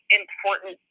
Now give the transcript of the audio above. important